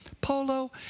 Polo